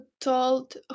told